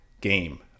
game